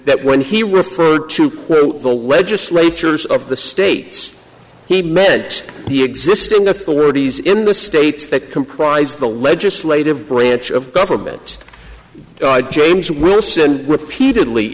that when he referred to the legislatures of the states he med's the existing authorities in the states that comprise the legislative branch of government james wilson repeatedly